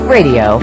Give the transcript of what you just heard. Radio